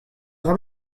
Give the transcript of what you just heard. dra